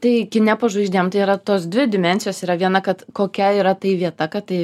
taigi kine po žvaigždėm yra tos dvi dimensijos yra viena kad kokia yra tai vieta kad tai